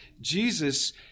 Jesus